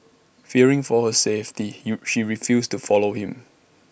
fearing for her safety he she refused to follow him